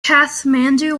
kathmandu